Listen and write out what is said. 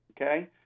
okay